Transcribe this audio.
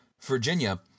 Virginia